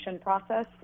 process